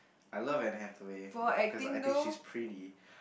I love Anne-Hathaway because I think she's pretty